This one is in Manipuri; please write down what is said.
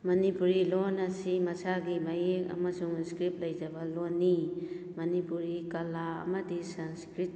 ꯃꯅꯤꯄꯨꯔꯤ ꯂꯣꯟ ꯑꯁꯤ ꯃꯁꯥꯒꯤ ꯃꯌꯦꯛ ꯑꯃꯁꯨꯡ ꯏꯁꯀ꯭ꯔꯤꯞ ꯂꯩꯖꯕ ꯂꯣꯟꯅꯤ ꯃꯅꯤꯄꯨꯔꯤ ꯀꯂꯥ ꯑꯃꯗꯤ ꯁꯪꯁꯀ꯭ꯔꯤꯠ